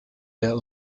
der